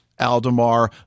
Aldemar